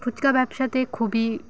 ফুচকা ব্যবসাতে খুবই